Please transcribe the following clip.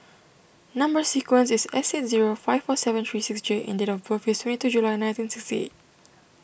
Number Sequence is S eight zero five four seven three six J and date of birth is twenty two July nineteen sixty eight